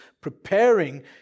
preparing